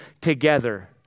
together